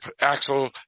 Axel